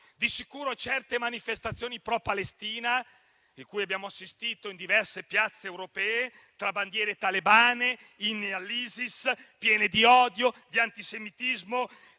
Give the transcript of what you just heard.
Di sicuro, certe manifestazioni pro Palestina, a cui abbiamo assistito in diverse piazze europee, tra bandiere talebane e inni all'ISIS, piene di odio, di antisemitismo